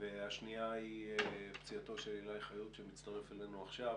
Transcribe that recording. והשנייה היא פציעתו של עילי חיות שמצטרף אלינו עכשיו